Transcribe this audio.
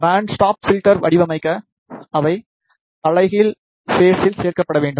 pant stop பில்டரைப் வடிவமைக்க அவை தலைகீழ் பேஸில் சேர்க்கப்பட வேண்டும்